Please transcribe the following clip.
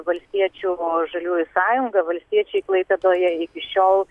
valstiečių žaliųjų sąjunga valstiečiai klaipėdoje iki šiol